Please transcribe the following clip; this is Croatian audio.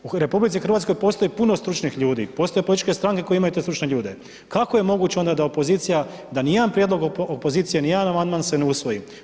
U RH postoji puno stručnih ljudi, postoje političke stranke koje imaju te stručne ljude, kako je onda moguće da opozicija da nijedan prijedlog opozicije, nijedan amandman se ne usvoji.